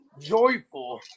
joyful